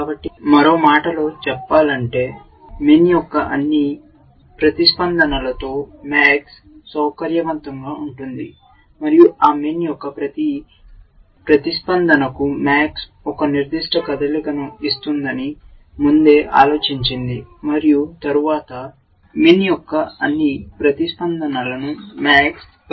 కాబట్టి మరో మాటలో చెప్పాలంటే MIN యొక్క అన్ని ప్రతిస్పందనలతో MAX సౌకర్యవంతంగా ఉంటుంది మరియు ఆ MIN యొక్క ప్రతి ప్రతిస్పందనకు MAX ఒక నిర్దిష్ట కదలికను ఇస్తుందని ముందే ఆలోచించింది మరియు తరువాత MIN యొక్క అన్ని ప్రతిస్పందనలను MAX పరిగణనలోకి తీసుకుంటుంది